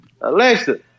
Alexa